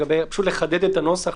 לחדד את הנוסח.